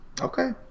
Okay